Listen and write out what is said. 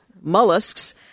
mollusks